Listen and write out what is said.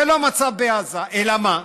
זה לא המצב בעזה, אלא מה?